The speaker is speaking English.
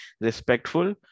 respectful